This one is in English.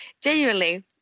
genuinely